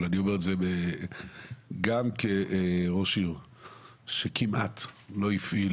אבל אני אומר את זה גם כראש עיר שכמעט לא הפעיל